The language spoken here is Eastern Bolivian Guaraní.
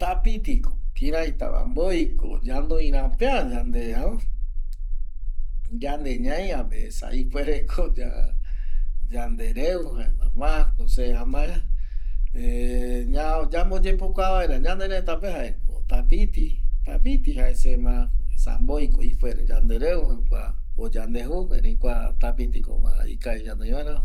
Tapitiko kiaratara mboiko ñanoi rapea yande yande ñaiape esa ipuereko yande reu jaema mako se amae yamboyepokua vaera ñanerëtape jaeko tapiti, tapiti jae se ma esa mboiko ipuere yandereu o yandeju erei kua tapiko ikavi ma ñanoi vaera